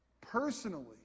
personally